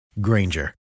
Granger